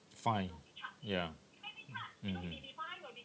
fined ya mm